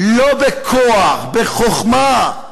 לא בכוח, בחוכמה.